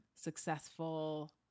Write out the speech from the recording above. successful